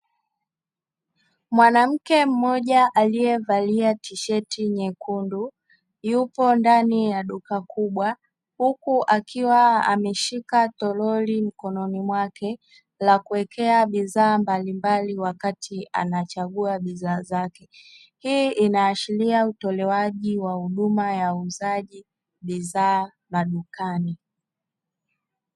Mwanamke mmoja aliyevalia tisheti nyekundu yupo ndani ya duka kubwa huku akiwa ameshika toroli mkononi mwake la kuwekea bidhaa mbalimbali wakati anachagua bidhaa zake, hii inaashiria utolewaji wa huduma ya uuzaji bidhaa madukani.